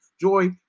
joy